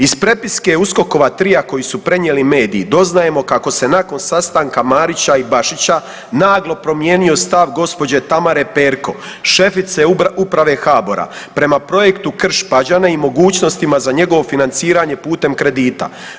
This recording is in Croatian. Iz prepiske USKOK-ova trija koji su prenijeli mediji doznajemo kako se nakon sastanka Marića i Bašića naglo promijenio stav gđe. Tamare Perko, šefice uprave HBOR-a prema projektu Krš-Pađene i mogućnostima za njegovo financiranje putem kredita.